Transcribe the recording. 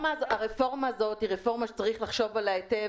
הרפורמה הזאת היא רפורמה שצריך לחשוב עליה היטב